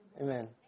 Amen